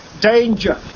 danger